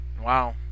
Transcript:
Wow